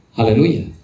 Hallelujah